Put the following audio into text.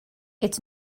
its